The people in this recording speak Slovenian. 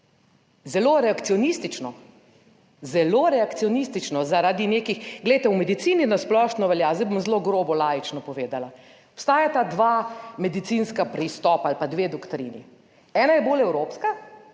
zelo reakcionistično, zelo reakcionistično, zaradi nekih, glejte, v medicini na splošno velja, zdaj bom zelo grobo laično povedala, obstajata dva medicinska pristopa ali pa dve doktrini, ena je bolj evropska